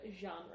genre